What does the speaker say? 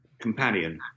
companion